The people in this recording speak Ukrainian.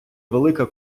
велика